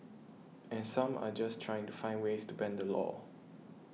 and some are just trying to find ways to bend the law